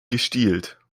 gestielt